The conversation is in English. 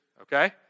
okay